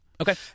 Okay